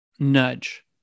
nudge